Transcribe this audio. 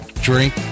drink